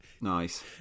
nice